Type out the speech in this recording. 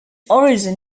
origin